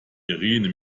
irene